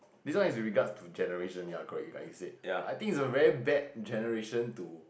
this one is regard to generation ya correct like you said I think is a very bad generation to